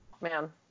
Man